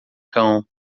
cão